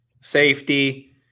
safety